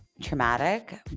traumatic